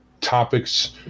topics